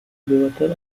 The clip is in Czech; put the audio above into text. obyvatel